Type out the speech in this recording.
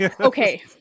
Okay